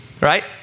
right